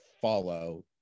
follow